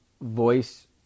voice